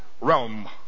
realm